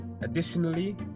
Additionally